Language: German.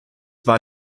war